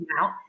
out